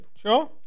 Sure